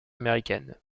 américaines